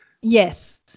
yes